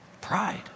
Pride